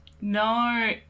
No